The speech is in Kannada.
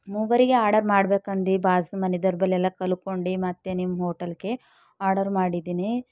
ಮೂವರಿಗೆ ಆರ್ಡರ್ ಮಾಡ್ಬೇಕಂದು ಬಾಜು ಮನೇದವ್ರ ಬಳಿ ಎಲ್ಲ ಕಲ್ತ್ಕೊಂಡು ಮತ್ತೆ ನಿಮ್ಮ ಹೋಟೆಲ್ಗೆ ಆರ್ಡರ್ ಮಾಡಿದ್ದೀನಿ